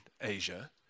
Asia